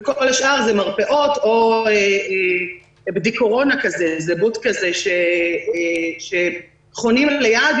כל השאר זה מרפאות או בְּדִי-קורונה מן מתקן שחונים לידו,